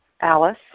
Alice